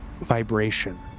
vibration